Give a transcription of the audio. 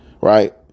Right